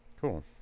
Cool